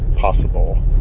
possible